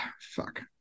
Fuck